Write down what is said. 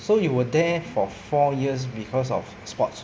so you were there for four years because of sports